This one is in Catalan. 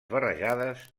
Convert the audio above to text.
barrejades